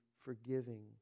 forgiving